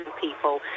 people